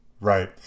Right